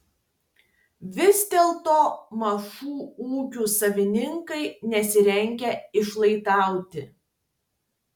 vis dėlto mažų ūkių savininkai nesirengia išlaidauti